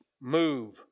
move